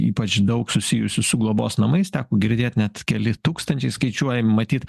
ypač daug susijusių su globos namais teko girdėt net keli tūkstančiai skaičiuojami matyt